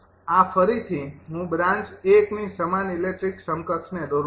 આ ફરીથી હું બ્રાન્ચ ૧ ની સમાન ઇલેક્ટ્રિકલ સમકક્ષને દોરું છું